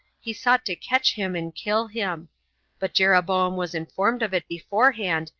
he sought to catch him and kill him but jeroboam was informed of it beforehand,